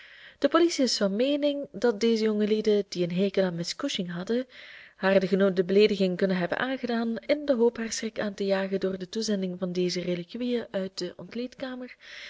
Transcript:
de politie is van meening dat deze jongelieden die een hekel aan miss cushing hadden haar de genoemde beleediging kunnen hebben aangedaan in de hoop haar schrik aan te jagen door de toezending van deze reliquieën uit de ontleedkamer